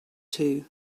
two